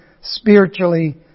spiritually